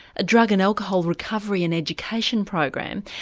a drug and alcohol recovery and education program,